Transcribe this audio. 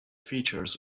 features